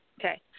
Okay